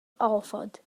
offered